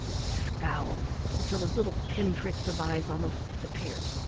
he scowled until his little pin-pricks of eyes almost disappeared.